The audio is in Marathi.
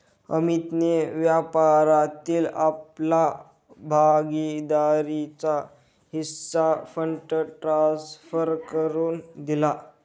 अमितने व्यापारातील आपला भागीदारीचा हिस्सा फंड ट्रांसफर करुन दिला